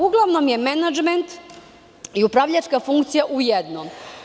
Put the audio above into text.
Uglavnom je menadžment i upravljačka funkcija u jednom.